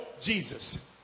Jesus